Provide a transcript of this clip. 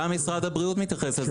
גם משרד הבריאות מתייחס לזה כמגורים.